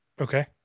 Okay